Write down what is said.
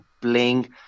playing